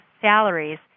salaries